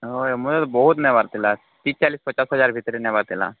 ହଏ ମୁଁ ବହୁତ ନେବାର ଥିଲା ତିରିଶ ଚାଳିଶ ପଚାଶ ହଜାର ଭିତରେ ନେବାର ଥିଲା